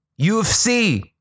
UFC